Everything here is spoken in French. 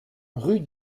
rue